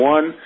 One